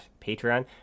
Patreon